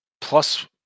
Plus